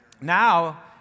Now